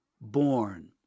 born